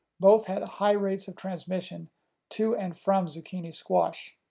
both had high rates of transmission to and from zucchini squash.